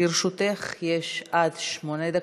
לרשותך עד שמונה דקות.